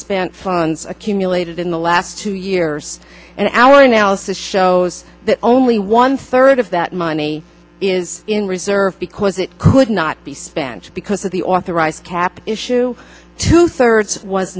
unspent funds accumulated in the last two years and our analysis shows that only one third of that money is in reserve because it could not be stanched because of the authorized cap issue two thirds